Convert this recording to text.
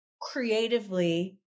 creatively